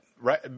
right